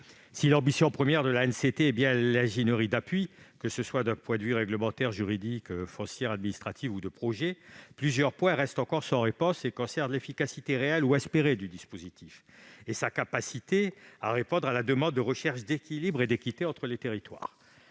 Si l'ambition première de l'ANCT est l'ingénierie d'appui, que ce soit d'un point de vue réglementaire, juridique, financier, administratif ou de projets, plusieurs points restent encore sans réponse. Ils concernent l'efficacité réelle ou espérée du dispositif et sa capacité à répondre à la demande de recherche d'équilibre et d'équité entre les territoires.